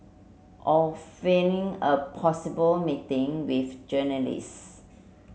or feigning a possible meeting with journalist